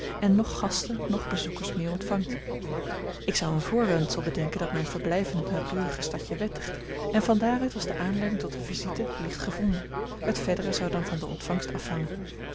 en noch gasten noch bezoekers meer ontvangt ik zou een voorwendsel bedenken dat mijn verblijf in het naburige stadje wettigt en van daar uit was de aanleiding tot eene visite licht gevonden het verdere zou dan van de ontvangst afhangen